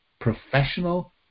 professional